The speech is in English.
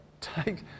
take